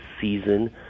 season